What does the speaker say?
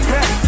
Back